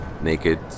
naked